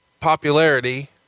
popularity